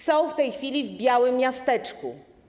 Są w tej chwili w białym miasteczku.